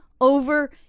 over